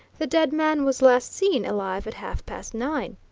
the dead man was last seen alive at half-past nine.